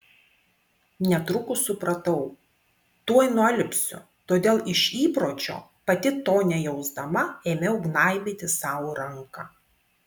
netrukus supratau tuoj nualpsiu todėl iš įpročio pati to nejausdama ėmiau gnaibyti sau ranką